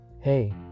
Hey